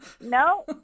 No